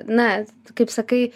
na kaip sakai